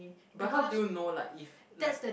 but how do you know like if like